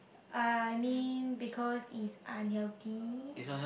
I mean because is unhealthy